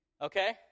okay